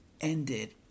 ended